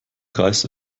kreis